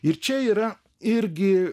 ir čia yra irgi